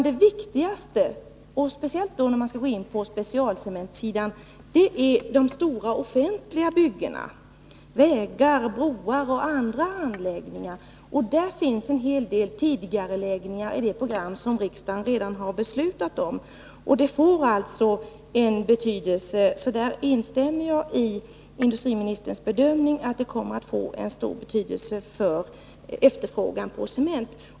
Det viktigaste, speciellt på specialcementsidan, är de stora offentliga byggena— vägar, broar och andra anläggningar. På det området finns det en hel del tidigareläggningar i det program som riksdagen redan har beslutat om. Jag instämmer alltså i industriministerns bedömning att detta kommer att få stor betydelse för efterfrågan på cement.